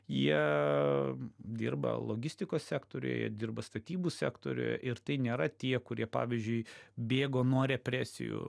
jie dirba logistikos sektoriuje dirba statybų sektoriuje ir tai nėra tie kurie pavyzdžiui bėgo nuo represijų